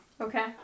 Okay